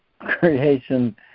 creation